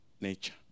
nature